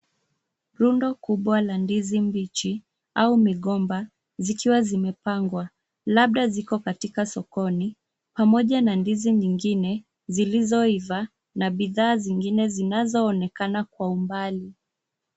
Rundo kubwa la ndizi mbichi au migomba zikiwa zimepangwa, labda ziko katika sokoni. Pamoja na ndizi nyingine zilizoiva na bidhaa zingine zinazoonekana kwa umbali.